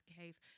case